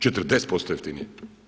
40% jeftinije.